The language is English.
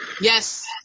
Yes